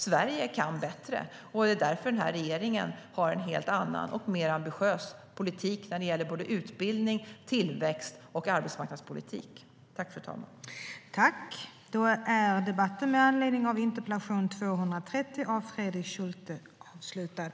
Sverige kan bättre, och därför har den nuvarande regeringen en helt annan och mer ambitiös politik när det gäller utbildning, tillväxt och arbetsmarknad. Överläggningen var härmed avslutad.